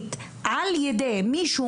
מינית על ידי מישהו